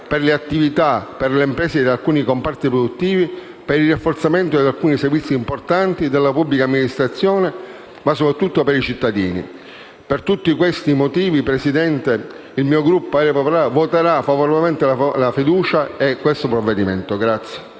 per le attività e le imprese di alcuni comparti produttivi, per il rafforzamento di alcuni servizi importanti della pubblica amministrazione, ma soprattutto per i cittadini. Per tutti questi motivi, signor Presidente, il mio Gruppo, Area Popolare, voterà a favore di questo provvedimento e